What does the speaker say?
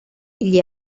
gli